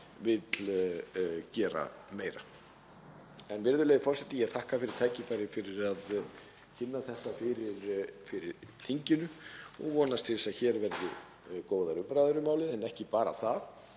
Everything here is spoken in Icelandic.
vill gera meira. Virðulegi forseti. Ég þakka fyrir tækifærið fyrir að kynna þetta fyrir þinginu og vonast til þess að hér verði góðar umræður um málið, en ekki bara það,